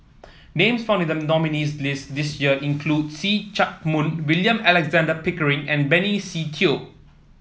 names found in the nominees' list this year include See Chak Mun William Alexander Pickering and Benny Se Teo